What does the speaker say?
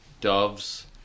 doves